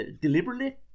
deliberately